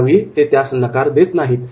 त्यावेळी ते त्यास नकार देत नाहीत